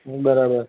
બરાબર